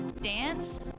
dance